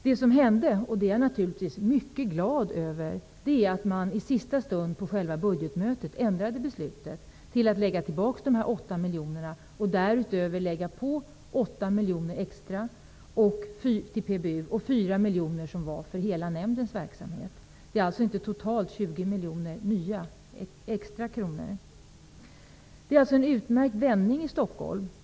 Det som hände -- och det är jag naturligtvis mycket glad över -- var att man i sista stund, på själva budgetmötet, ändrade förslaget. Man lade tillbaka dessa 8 miljoner och lade därutöver på 8 miljoner extra till PBU och 4 miljoner för hela nämndens verksamhet. Det handlar alltså inte om totalt 20 miljoner extra kronor. Det är således en utmärkt vändning som har skett i Stockholm.